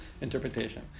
interpretation